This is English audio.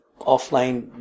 offline